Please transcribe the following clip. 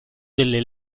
delle